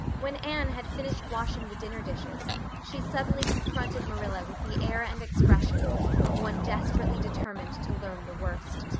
when anne had finished washing the dinner dishes she suddenly confronted marilla with the air and expression of one desperately determined to learn the worst.